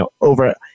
over-